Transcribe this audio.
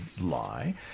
Lie